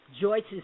Joyce's